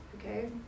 okay